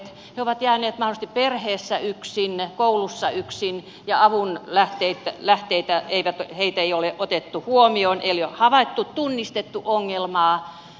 he ovat jääneet mahdollisesti perheessä yksin koulussa yksin ja avun lähteillä heitä ei ole otettu huomioon ei ole havaittu tunnistettu ongelmaa